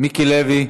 מיקי לוי,